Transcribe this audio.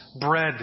bread